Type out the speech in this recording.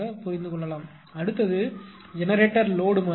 புரிந்துகொள்ளக்கூடியது அடுத்தது generator load மாதிரி